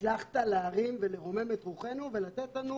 הוא הצליח להרים ולרומם את רוחנו ולתת לנו